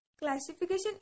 Classification